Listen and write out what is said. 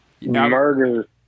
murder